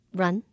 run